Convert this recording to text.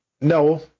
No